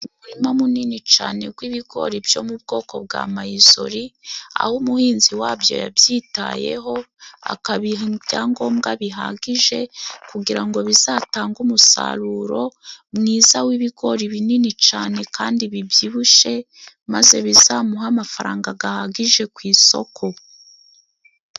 Umurima mununi cane gw 'ibigori byo mu bwoko bwa mayizori, aho umuhinzi wabyo yabyitayeho akabiha ibyangombwa bihagije kugira ngo bizatange umusaruro mwiza w'ibigori binini cane kandi bibyibushye, maze bizamuhe amafaranga gahagije ku isoko.